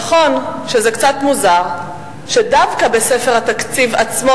נכון שזה קצת מוזר שדווקא בספר התקציב עצמו,